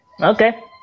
Okay